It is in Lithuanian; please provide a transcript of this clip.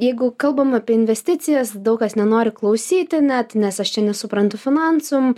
jeigu kalbam apie investicijas daug kas nenori klausyti net nes aš čia nesuprantu finansų